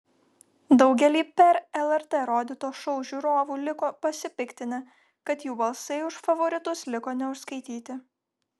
daugelį per lrt rodyto šou žiūrovų liko pasipiktinę kad jų balsai už favoritus liko neužskaityti